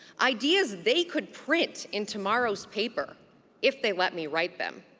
ideas they could print in tomorrow's paper if they let me write them.